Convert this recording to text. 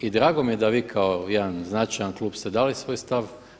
I drago mi je da vi kao jedan značajan klub ste dali svoj stav.